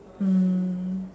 mm